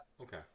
Okay